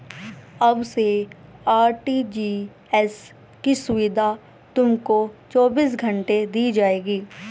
अब से आर.टी.जी.एस की सुविधा तुमको चौबीस घंटे दी जाएगी